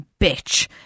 bitch